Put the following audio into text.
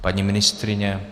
Paní ministryně?